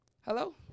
Hello